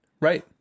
right